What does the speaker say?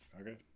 Okay